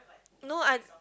no I